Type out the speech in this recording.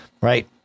Right